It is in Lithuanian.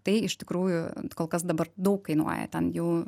tai iš tikrųjų kol kas dabar daug kainuoja ten jau